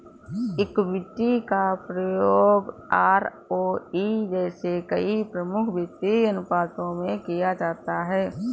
equity का उपयोग ROE जैसे कई प्रमुख वित्तीय अनुपातों में किया जाता है